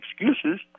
excuses